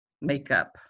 makeup